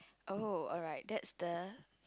oh alright that's the